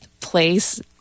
place